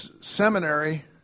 seminary